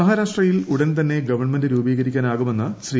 മഹാരാഷ്ട്രയിൽ ഉടൻതന്നെ ഗവൺമെന്റ് രൂപീകരിക്കാനാകുമെന്ന് ശ്രീ